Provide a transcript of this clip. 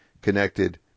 connected